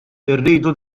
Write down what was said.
irridu